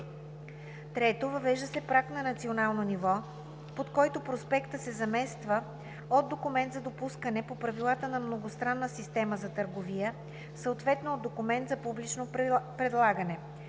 3. Въвежда се праг на национално ниво, под който проспектът се замества от документ за допускане по правилата на многостранна система за търговия, съответно от документ за публично предлагане.